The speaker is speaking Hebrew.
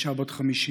אישה בת 50,